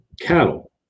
cattle